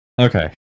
Okay